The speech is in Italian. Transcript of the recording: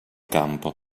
campo